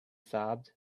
sobbed